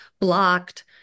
blocked